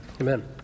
Amen